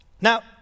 Now